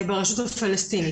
ברשות הפלסטינית.